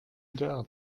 ndr